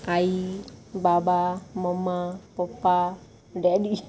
आई बाबा mama papa daddy